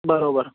બરાબર